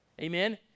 amen